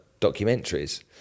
documentaries